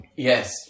Yes